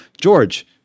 george